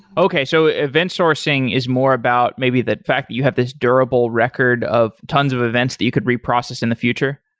okay. so event sourcing is more about maybe the fact that you have this durable record of tons of events that you could reprocess in the future.